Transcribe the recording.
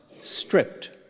stripped